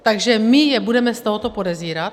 Takže my je budeme z tohoto podezírat?